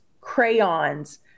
crayons